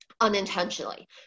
unintentionally